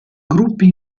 gruppi